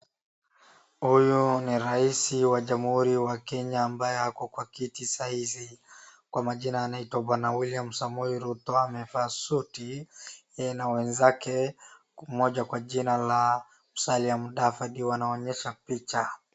Huyu ni rais wa jamhuri wa Kenya ambaye ako kwa kiti saa hizi. Kwa majina anaitwa bwana Wiliam Samoei Ruto amevaa suti na wenzake mmoja kwa jina la Musalia Mudavadi wanaonyesha picha.